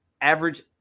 average